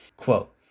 Quote